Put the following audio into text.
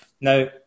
Now